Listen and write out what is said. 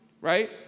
right